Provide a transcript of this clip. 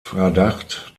verdacht